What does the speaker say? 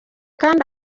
kandi